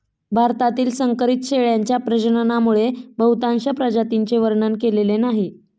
भारतातील संकरित शेळ्यांच्या प्रजननामुळे बहुतांश प्रजातींचे वर्णन केलेले नाही